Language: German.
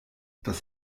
das